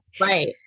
Right